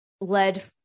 led